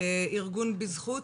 ארגון בזכות.